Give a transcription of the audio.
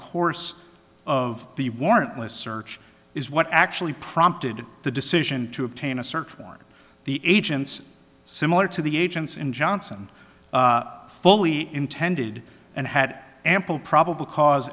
course of the warrantless search is what actually prompted the decision to obtain a search warrant the agents similar to the agents in johnson fully intended and had ample probable cause